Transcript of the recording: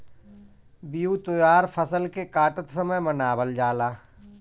बिहू त्यौहार फसल के काटत समय मनावल जाला